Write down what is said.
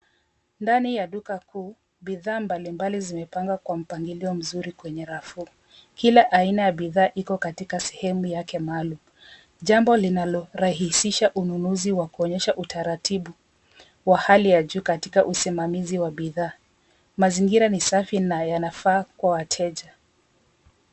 Ndani ya duka kuu, bidhaa mbali mbali zimepangwa kwa mpangilio mzuri kwenye rafu. Kila aina ya bidhaa iko katika sehemu yake maalum, jambo linalorahisisha ununuzi wa kuonyesha utaratibu wa hali ya juu katika usimamizi wa bidhaa. Mazingira ni safi na yanafaa kwa wateja.